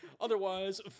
otherwise